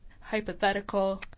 hypothetical